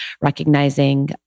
recognizing